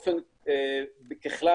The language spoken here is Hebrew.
ככלל,